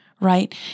right